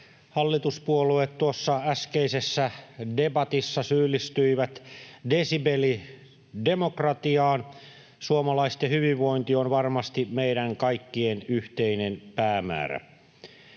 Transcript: hallituspuolueet tuossa äskeisessä debatissa syyllistyivät desibelidemokratiaan, suomalaisten hyvinvointi on varmasti meidän kaikkien yhteinen päämäärä.